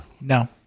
No